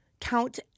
count